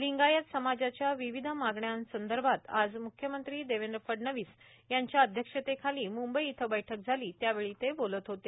लिंगायत समाजाच्या विविध मागण्यासंदर्भात आज म्ख्यमंत्री देवेंद्र फडणवीस यांच्या अध्यक्षतेखाली मुंबई इथं बैठक झाली त्यावेळी ते बोलत होते